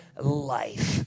life